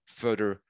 further